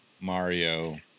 Mario